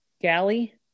Galley